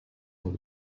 sans